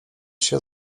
się